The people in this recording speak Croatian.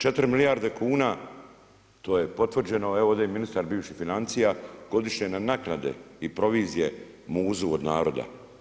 4 miljarde kuna, to je potvrđeno, evo ovdje je i ministar bivši financija, godišnje na naknade i provizije muzu od naroda.